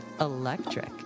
Electric